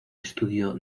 estudio